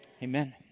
Amen